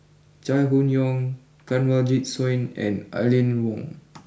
Chai Hon Yoong Kanwaljit Soin and Aline Wong